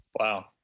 Wow